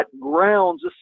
grounds